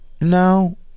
No